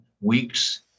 weeks